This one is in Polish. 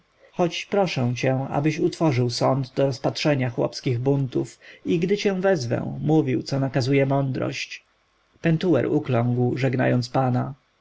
choć proszę cię abyś utworzył sąd do rozpatrzenia chłopskich buntów i gdy cię wezwę mówił co nakazuje mądrość pentuer ukląkł żegnając pana